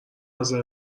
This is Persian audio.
نظر